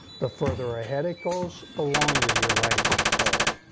the farther ahead it goes, the longer your length of pull.